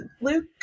Luke